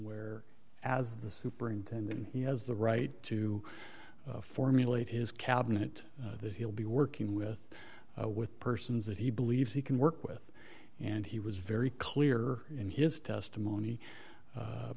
where as the superintendent he has the right to formulate his cabinet that he'll be working with with persons that he believes he can work with and he was very clear in his testimony